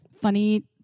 funny